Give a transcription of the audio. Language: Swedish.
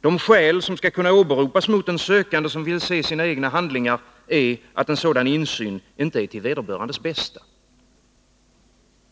Det skäl som skall kunna åberopas mot en sökande som vill se sina egna handlingar är att en sådan insyn inte är till vederbörandes bästa.